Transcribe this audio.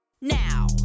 now